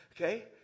Okay